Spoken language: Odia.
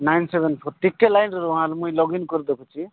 ନାଇନ୍ ସେଭେନ ଫୋର୍ ଟିକେ ଲାଇନ୍ରେ ରୁହ ହେ ମୁଁ ଲଗଇନ୍ କରି ଦେଖୁଛି